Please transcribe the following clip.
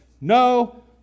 no